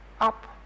up